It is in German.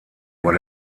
war